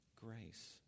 grace